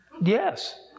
Yes